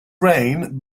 reign